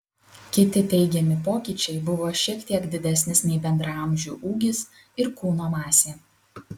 kiti teigiami pokyčiai buvo šiek tiek didesnis nei bendraamžių ūgis ir kūno masė